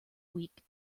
week